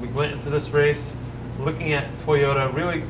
we went into this race looking at toyota really